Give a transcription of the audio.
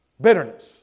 Bitterness